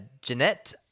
Jeanette